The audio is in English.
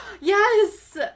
Yes